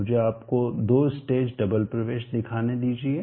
मुझे आपको दो स्टेज डबल प्रवेश दिखाने दीजिये